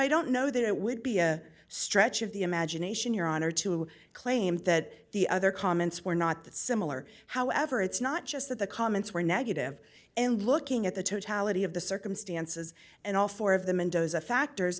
i don't know that it would be a stretch of the imagination your honor to claim that the other comments were not that similar however it's not just that the comments were negative and looking at the totality of the circumstances and all four of the mendoza factors